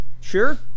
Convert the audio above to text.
Sure